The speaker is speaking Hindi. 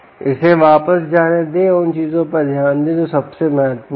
इसे वापस जाने दें और उन चीजों पर ध्यान दें जो सबसे महत्वपूर्ण हैं